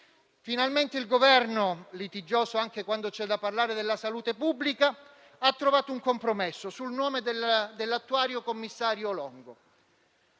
Finalmente il Governo, litigioso anche quando c'è da parlare della salute pubblica, ha trovato un compromesso sul nome dell'attuale commissario Longo.